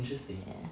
ya